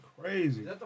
crazy